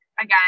again